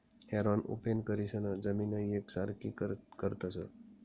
हॅरोना उपेग करीसन जमीन येकसारखी करतस